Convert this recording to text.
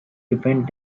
defend